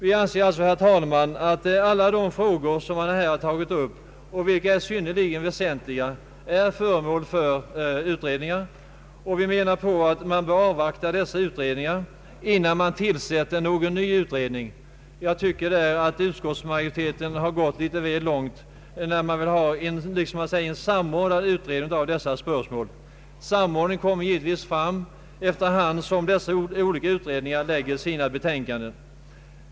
Vi anser alltså, herr talman, att alla de frågor man här tagit upp, vilka är synnerligen väsentliga, redan är föremål för utredning. Vi menar att man bör avvakta dessa utredningar innan man tillsätter en ny utredning. Jag tycker att utskottsmajoriteten gått litet väl långt när den begärt en samordnad utredning av dessa spörsmål. Samordning kommer givetvis att uppnås efter hand som dessa olika utredningar framlägger sina betänkanden.